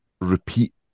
repeat